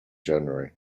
january